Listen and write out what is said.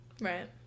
Right